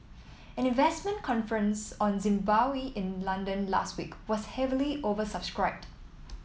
an investment conference on Zimbabwe in London last week was heavily oversubscribed